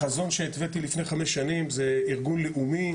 החזון שהתוויתי לפני חמש שנים, זה ארגון לאומי,